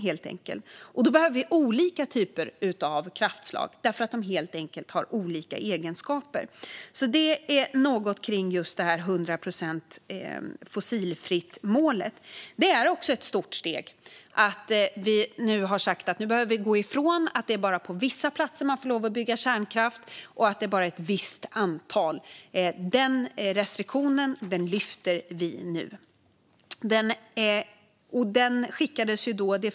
Då behövs olika typer av kraftslag därför att dessa har olika egenskaper. Detta var lite om målet 100 procent fossilfritt. Det är ett stort steg att vi har sagt att vi nu behöver gå ifrån att man bara får bygga kärnkraft på vissa ställen och bara ett visst antal. Denna restriktion lyfter vi nu bort.